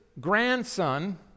grandson